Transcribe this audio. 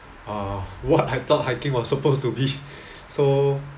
uh what I thought hiking was supposed to be so